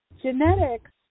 Genetics